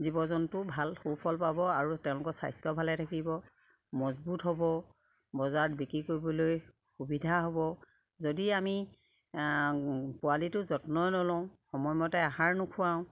জীৱ জন্তু ভাল সুফল পাব আৰু তেওঁলোকৰ স্বাস্থ্য ভালে থাকিব মজবুত হ'ব বজাৰত বিক্ৰী কৰিবলৈ সুবিধা হ'ব যদি আমি পোৱালিটো যত্নই নলওঁ সময়মতে আহাৰ নোখোৱাওঁ